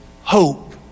hope